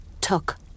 took